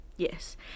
Yes